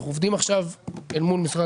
אנחנו עובדים עכשיו אל מול משרד